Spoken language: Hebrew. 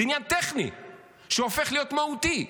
זה עניין טכני שהופך להיות מהותי.